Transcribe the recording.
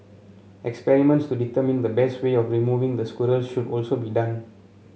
experiments to determine the best way of removing the squirrels should also be done